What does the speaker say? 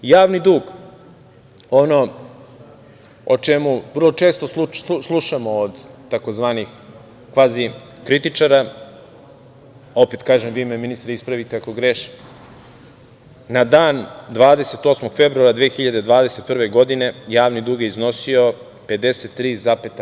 Javni dug, ono o čemu vrlo često slušamo od tzv. kvazi kritičara, opet kažem vi me ministre ispravite ako grešim, na dan 28. februara 2021. godine javni dug je iznosio 53,5%